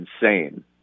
insane